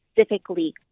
specifically